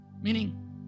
Meaning